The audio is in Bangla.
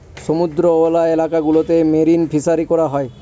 সমুদ্রওয়ালা এলাকা গুলোতে মেরিন ফিসারী করা হয়